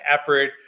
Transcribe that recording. effort